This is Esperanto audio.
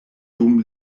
dum